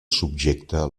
subjecta